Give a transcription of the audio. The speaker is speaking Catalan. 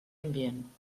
ambient